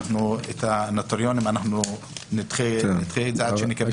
את הנוטריונים נדחה עד שנקבל את הנתונים.